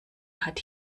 hat